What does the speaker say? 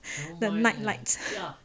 the night lights